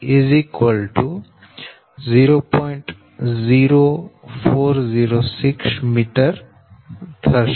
0406 m થશે